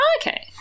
Okay